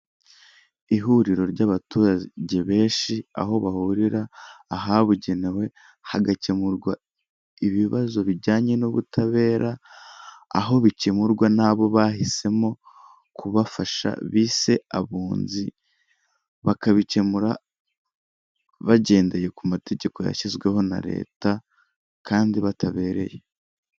Ihuriro ry'abaturage benshi aho bahurira ahabugenewe hagakemurwa ibibazo bijyanye n'ubutabera aho bikemurwa n'abo bahisemo kubafasha bise abunzi bakabikemura bagendeye ku mategeko yashyizweho na leta kandi batabereye .